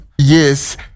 Yes